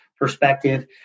perspective